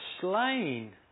slain